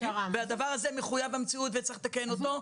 והדבר הזה מחויב המציאות וצריך לתקן אותו.